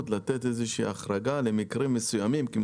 לתת איזושהי החרגה למקרים מסוימים.